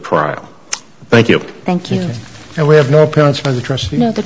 trial thank you thank you and we have no parents by the trust you know the